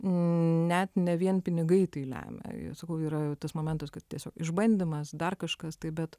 net ne vien pinigai tai lemia sakau yra jau tas momentas kaip tiesiog išbandymas dar kažkas taip bet